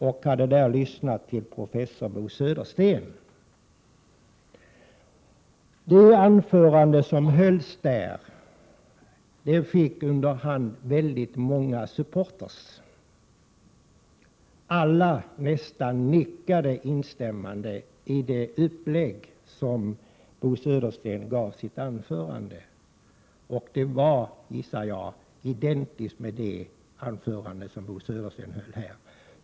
Där hade han lyssnat till professor Bo Södersten. Det anförande som hölls där fick så småningom väldigt många supportrar. Nästan alla nickade instämmande till Bo Söderstens uppläggning av sitt anförande, som gissningsvis var identiskt med det anförande som Bo Södersten har hållit här i dag.